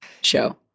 show